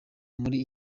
muri